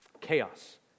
Chaos